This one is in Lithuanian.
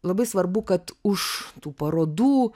labai svarbu kad už tų parodų